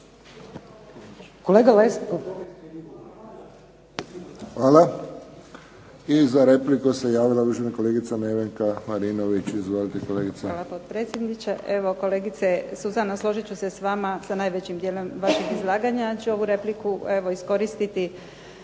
Hvala. I za repliku se javila uvažena kolegica Nevenka Marinović. Izvolite. **Marinović, Nevenka (HDZ)** Hvala potpredsjedniče. Evo kolegice Suzana, složit ću se s vama s najvećim dijelom vašeg izlaganja. Ja ću ovu repliku evo iskoristiti